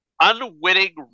unwitting